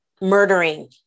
murdering